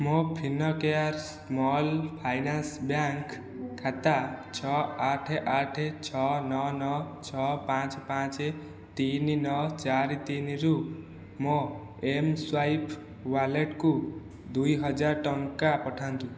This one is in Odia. ମୋ' ଫିନ୍କେୟାର ସ୍ମଲ୍ ଫାଇନାନ୍ସ ବ୍ୟାଙ୍କ୍ ଖାତା ଛଅ ଆଠ ଆଠ ଛଅ ନଅ ନଅ ଛଅ ପାଞ୍ଚ ପାଞ୍ଚ ତିନି ନଅ ଚାରି ତିନିରୁ ମୋ' ଏମ୍ସ୍ୱାଇପ୍ ୱାଲେଟ୍କୁ ଦୁଇ ହଜାର ଟଙ୍କା ପଠାନ୍ତୁ